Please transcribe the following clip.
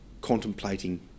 contemplating